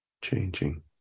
changing